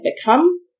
become